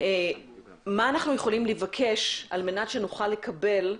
מה אנחנו יכולים לבקש על מנת שנוכל לקבל,